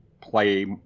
play